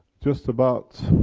just about.